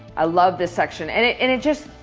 i love this section. and it and it just,